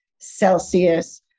Celsius